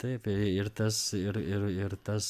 taip ir tas ir ir ir tas